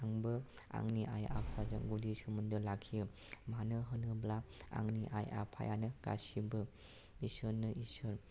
आंबो आंनि आइ आफाजों गुदि सोमोनदो लाखियो मानो होनोब्ला आंनि आइ आफायानो गासिबो बिसोरनो इसोर